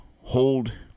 hold